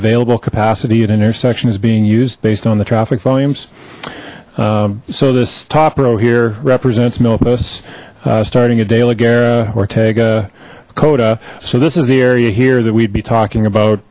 available capacity and intersection is being used based on the traffic volumes so this top row here represents milpas starting a daily guerra ortega cota so this is the area here that we'd be talking about